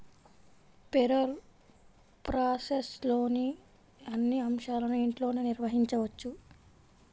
payroll ప్రాసెస్లోని అన్ని అంశాలను ఇంట్లోనే నిర్వహించవచ్చు